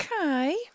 Okay